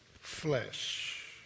flesh